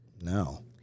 No